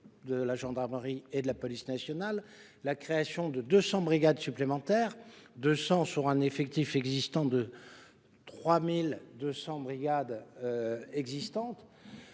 de la gendarmerie et de la police nationales et sur la création de 200 brigades supplémentaires sur un effectif existant de 3 200 brigades.